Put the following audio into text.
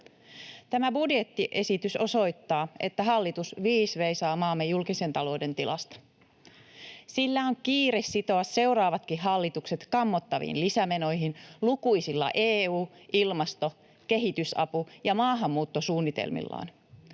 Tämä budjettiesitys osoittaa, että hallitus viis veisaa maamme julkisen talouden tilasta. Sillä on kiire sitoa seuraavatkin hallitukset kammottaviin lisämenoihin lukuisilla EU-, ilmasto-, kehitysapu- ja maahanmuuttosuunnitelmillaan.